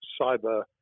cyber